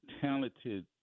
talented